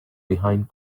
behind